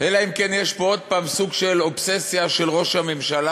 אלא אם כן יש פה עוד פעם סוג של אובססיה של ראש הממשלה